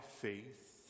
faith